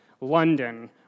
London